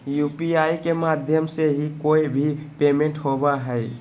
UPI के माध्यम से ही कोय भी पेमेंट होबय हय